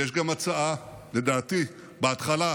ויש גם הצעה, בהתחלה,